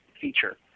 feature